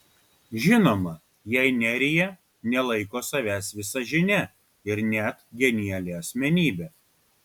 žinoma jei nerija nelaiko savęs visažine ir net genialia asmenybe